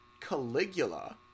Caligula